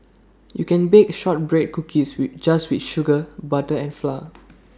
you can bake Shortbread Cookies with just with sugar butter and flour